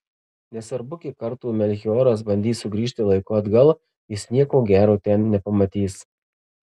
nesvarbu kiek kartų melchioras bandys sugrįžti laiku atgal jis nieko gero ten nepamatys